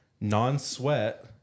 non-sweat